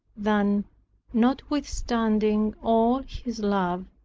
than notwithstanding all his love,